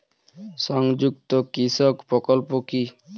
সংযুক্ত কৃষক প্রকল্প কি?